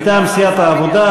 מטעם סיעת העבודה,